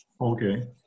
Okay